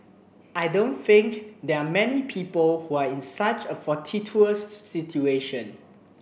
I don't think there are many people who are in such a fortuitous situation